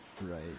Right